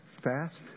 Fast